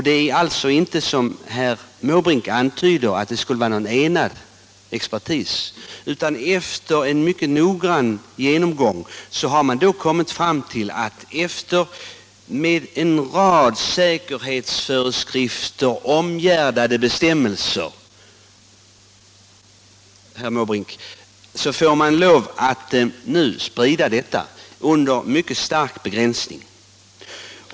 Det är inte, som herr Måbrink antyder, fråga om någon enad expertis, utan efter mycket noggrann genomgång har man kommit fram till att, efter av en rad säkerhetsföreskrifter omgärdade bestämmelser, herr Måbrink, tillåta spridning under mycket stark begränsning.